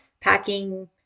packing